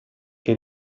che